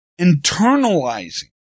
internalizing